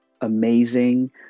amazing